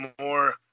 more